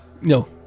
no